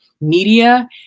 media